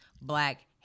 black